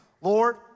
Lord